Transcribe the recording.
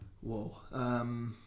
Whoa